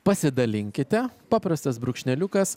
pasidalinkite paprastas brūkšneliukas